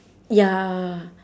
ya